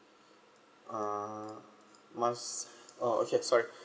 uh must oh okay sorry